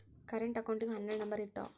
current ಅಕೌಂಟಿಗೂ ಹನ್ನೆರಡ್ number ಇರ್ತಾವ